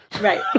Right